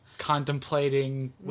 contemplating